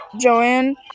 Joanne